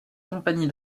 compagnie